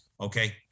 okay